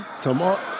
Tomorrow